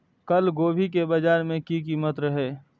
कल गोभी के बाजार में की कीमत रहे?